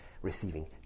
receiving